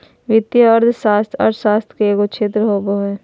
वित्तीय अर्थशास्त्र अर्थशास्त्र के एगो क्षेत्र होबो हइ